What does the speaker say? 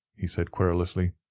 he said, querulously.